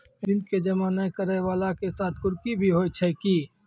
ऋण के जमा नै करैय वाला के साथ कुर्की भी होय छै कि?